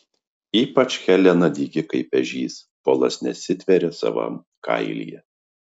ypač helena dygi kaip ežys polas nesitveria savam kailyje